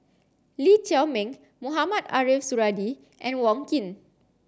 Lee Chiaw Meng Mohamed Ariff Suradi and Wong Keen